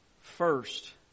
first